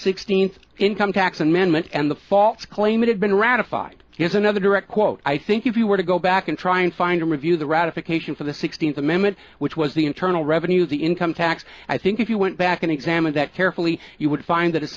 sixteenth income tax amendment and the false claim it had been ratified is another direct quote i think if you were to go back and try and find a review of the ratification for the sixteenth amendment which was the internal revenue of the income tax i think if you went back and examined that carefully you would find that it